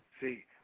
See